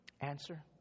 Answer